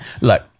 look